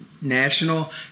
National